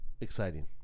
exciting